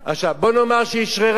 בוא נאמר שהיא אשררה,